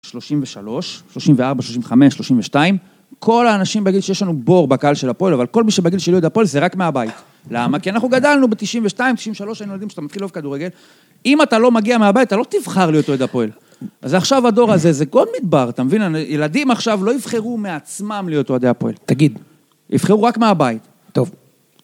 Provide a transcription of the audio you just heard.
שלושים ושלוש, שלושים וארבע, שלושים וחמש, שלושים ושתיים, כל האנשים בגיל שיש לנו בור בקהל של הפועל, אבל כל מי שבגיל שלי שאוהד הפועל זה רק מהבית. למה? כי אנחנו גדלנו ב-92, 93, היו נולדים כשאתה מתחיל לאהוב כדורגל, אם אתה לא מגיע מהבית, אתה לא תבחר להיות אוהד הפועל. אז עכשיו הדור הזה, זה כל מדבר, אתה מבין? ילדים עכשיו לא יבחרו מעצמם להיות אוהדי הפועל. תגיד. יבחרו רק מהבית. טוב.